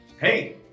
Hey